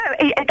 no